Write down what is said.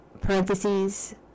parentheses